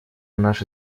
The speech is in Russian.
наша